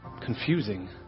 confusing